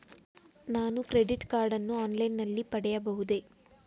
ನಾನು credit card ಅನ್ನು online ನಲ್ಲಿ ಪಡೆಯಬಹುದೇ?